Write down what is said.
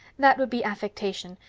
that would be affectation,